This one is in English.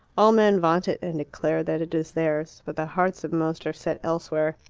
all men vaunt it, and declare that it is theirs but the hearts of most are set elsewhere.